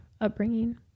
upbringing